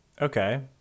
Okay